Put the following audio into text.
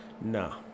No